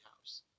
House